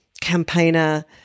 campaigner